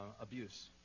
abuse